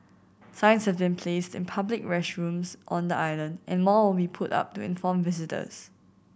signs have been placed in public restrooms on the island and more will be put up to inform visitors